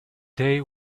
day